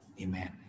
Amen